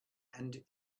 and